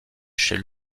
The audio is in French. chez